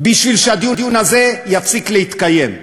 בשביל שהדיון הזה יפסיק להתקיים.